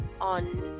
on